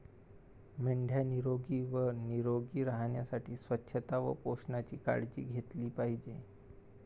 मेंढ्या निरोगी व निरोगी राहण्यासाठी स्वच्छता व पोषणाची काळजी घेतली पाहिजे